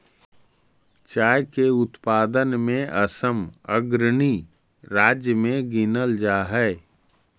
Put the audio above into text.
चाय के उत्पादन में असम अग्रणी राज्य में गिनल जा हई